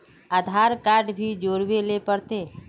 आधार card भी जोरबे ले पड़ते?